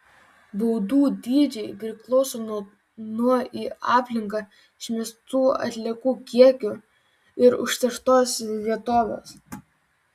baudų dydžiai priklauso nuo į aplinką išmestų atliekų kiekių ir užterštos vietovės